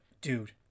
dude